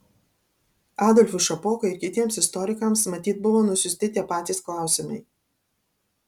adolfui šapokai ir kitiems istorikams matyt buvo nusiųsti tie patys klausimai